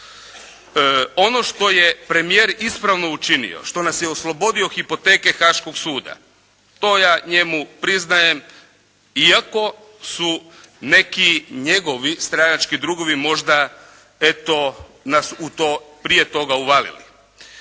Ono što je premijer ispravno učinio što nas je oslobodio hipoteke Haškog suda to ja njemu priznajem iako su neki njegovi stranački drugovi možda eto nas u to prije toga uvalili.